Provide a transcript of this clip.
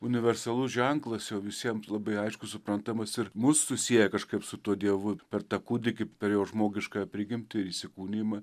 universalus ženklas jau visiem labai aiškus suprantamas ir mus susieja kažkaip su tuo dievu per tą kūdikį per jo žmogiškąją prigimtį ir įsikūnijimą